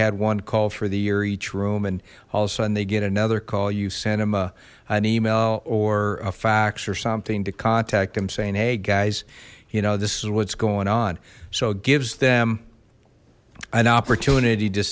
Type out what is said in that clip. had one call for the year each room and all sudden they get another call you cinma an email or a fax or something to contact them saying hey guys you know this is what's going on so it gives them an opportunity to